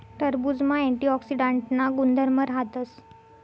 टरबुजमा अँटीऑक्सीडांटना गुणधर्म राहतस